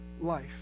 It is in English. life